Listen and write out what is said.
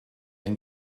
ein